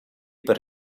per